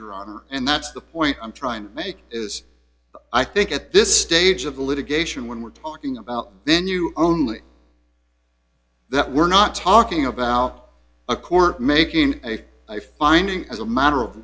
your honor and that's the point i'm trying to make is i think at this stage of the litigation when we're talking about then you only that we're not talking about a court making a my finding as a matter of